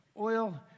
oil